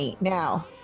Now